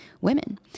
women